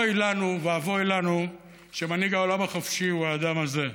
אוי לנו ואבוי לנו שמנהיג העולם החופשי הוא האדם הזה.